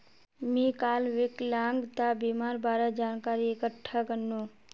मी काल विकलांगता बीमार बारे जानकारी इकठ्ठा करनु